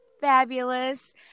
fabulous